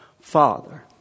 Father